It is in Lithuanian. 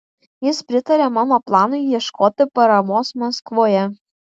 jis pritarė mano planui ieškoti paramos maskvoje